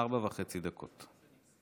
ארבע וחצי דקות.